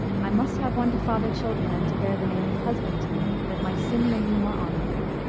i must have one to father children, and to bear the name of husband to me, that my sin may be more honorable.